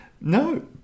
no